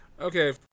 Okay